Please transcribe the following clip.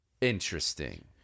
interesting